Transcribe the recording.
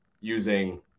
using